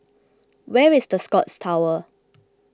where is the Scotts Tower